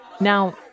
Now